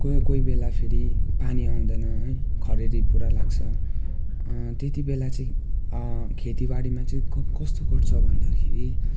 कोही कोही बेला फेरि पानी आउँदैन है खडेरी पुरा लाग्छ त्यति बेला चाहिँ खेतीबारीमा चाहिँ कस्तो गर्छ भन्दाखेरि